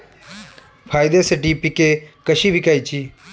फायद्यासाठी पिके कशी विकायची?